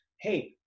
Hey